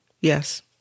Yes